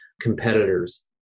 competitors